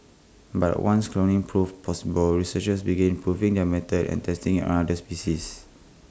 but once cloning proved possible researchers begin improving their method and testing IT other species